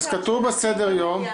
כתוב בסדר-יום.